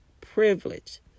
privilege